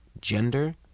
gender